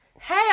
Hey